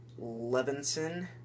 Levinson